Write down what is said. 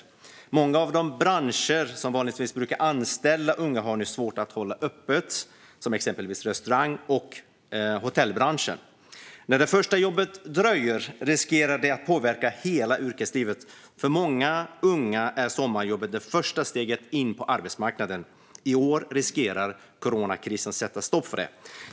I många av de branscher som vanligtvis brukar anställa unga har man nu svårt att hålla öppet, exempelvis i restaurang och hotellbranschen. När det första jobbet dröjer riskerar det att påverka hela yrkeslivet. För många unga är sommarjobbet det första steget in på arbetsmarknaden. I år riskerar coronakrisen att sätta stopp för det.